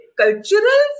cultural